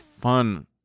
fun